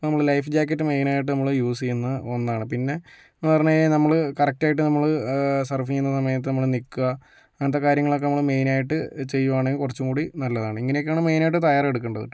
നമ്മള് life jacket മെയിനായിട്ട് നമ്മള് യൂസ് ചെയ്യുന്ന ഒന്നാണ് പിന്നേ എന്ന് പറഞ്ഞ് കഴിഞ്ഞാൽ നമ്മള് കറക്റ്റായിട്ട് നമ്മള് സർഫ് ചെയ്യുന്ന സമയത്ത് നമ്മള് നിക്കുക അങ്ങനത്തെ കാര്യങ്ങളക്കെ നമ്മള് മെയിനായിട്ട് ചെയ്യുവാണെങ്കിൽ കുറച്ച് കൂടി നല്ലതാണ് ഇങ്ങനെയൊക്കെയാണ് മെയിനായിട്ട് തയ്യാറെടുക്കേണ്ടത് കേട്ടോ